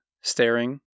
staring